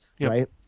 right